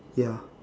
ya